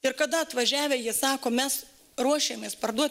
ir kada atvažiavę jie sako mes ruošiamės parduoti